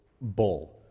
bull